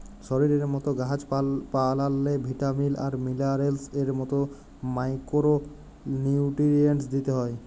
শরীরের মত গাহাচ পালাল্লে ভিটামিল আর মিলারেলস এর মত মাইকোরো নিউটিরিএন্টস দিতে হ্যয়